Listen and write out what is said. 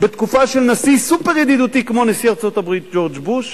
בתקופה של נשיא סופר-ידידותי כמו נשיא ארצות-הברית ג'ורג' בוש,